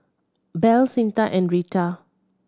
Bell Cyntha and Rita